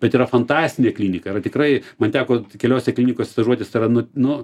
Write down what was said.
bet yra fantastinė klinika yra tikrai man teko keliose klinikose stažuotis tai yra nu nu